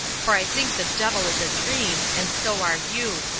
for i think the devil is a dream, and so are you.